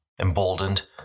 Emboldened